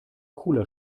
cooler